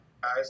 guys